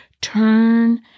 turn